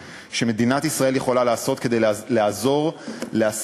שמדינת ישראל יכולה לעשות כדי לעזור לעסקים,